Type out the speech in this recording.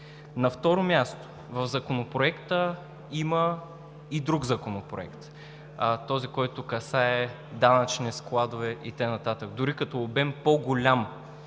На второ място, в Законопроекта има и друг законопроект – този, който касае данъчни складове и така нататък, дори като обем по-голям